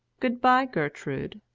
good-bye, gertrude,